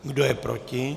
Kdo je proti?